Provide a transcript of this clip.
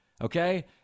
Okay